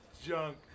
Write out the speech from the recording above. junk